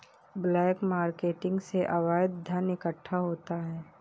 black marketing से अवैध धन इकट्ठा होता है